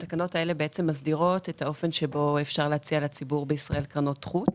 התקנות האלו מסדירות את האופן שבו אפשר להציע לציבור בישראל קרנות חוץ.